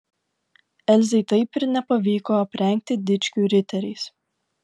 elzei taip ir nepavyko aprengti dičkių riteriais